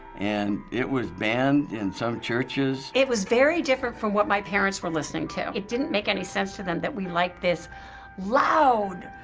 and it was banned in some churches. it was very different from what my parents were listening to. it didn't make any sense to them that we liked this loud,